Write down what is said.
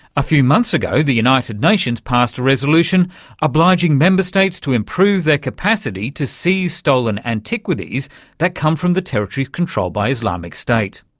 a few months ago the united nations passed a resolution obliging member states to improve their capacity to seize stolen antiquities that come from the territories controlled by islamic state.